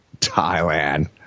Thailand